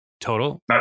total